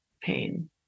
pain